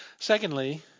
Secondly